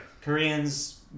Koreans